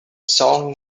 song